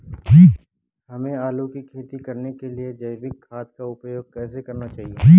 हमें आलू की खेती करने के लिए जैविक खाद का उपयोग कैसे करना चाहिए?